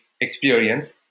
experience